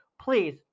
Please